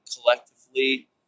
collectively